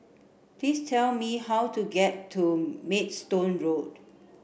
please tell me how to get to Maidstone Road